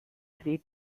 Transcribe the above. three